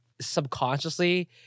subconsciously